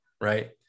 Right